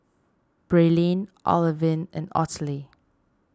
Braelyn Olivine and Ottilie